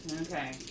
Okay